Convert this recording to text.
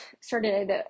started